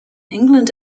england